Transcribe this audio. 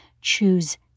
choose